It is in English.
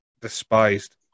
despised